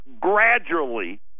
gradually